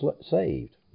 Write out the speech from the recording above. saved